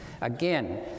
Again